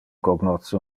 cognosce